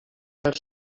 els